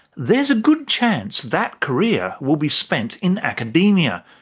there's a good chance that career will be spent in academia,